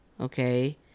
Okay